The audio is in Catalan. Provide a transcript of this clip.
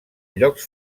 llocs